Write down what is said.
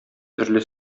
төрле